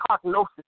prognosis